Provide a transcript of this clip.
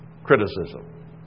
Criticism